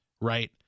Right